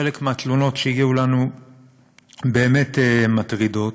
חלק מהתלונות שהגיעו אלינו באמת מטרידות.